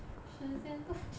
时间过去了